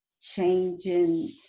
changing